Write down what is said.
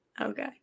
Okay